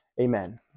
Amen